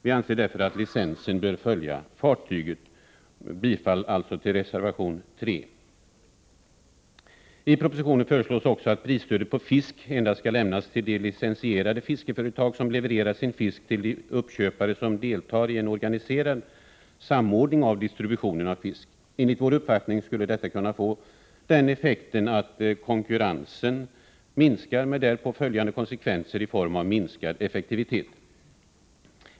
Vi anser därför att licensen bör följa fartyget. Det föreslås vidare i propositionen att prisstödet på fisk skall lämnas endast till de licenserade fiskeföretag som levererar sin fisk till de uppköpare som deltar i en organiserad samordning av distributionen av fisk. Enligt vår uppfattning skulle detta kunna få den effekten att konkurrensen minskar med därav följande konsekvenser i form av minskad effektivitet.